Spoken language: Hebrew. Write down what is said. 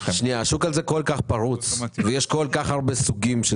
השוק הזה כל כך פרוץ ויש כל כך הרבה סוגים של